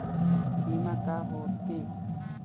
बीमा का होते?